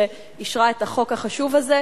שאישרה את החוק החשוב הזה.